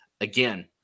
Again